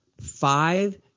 five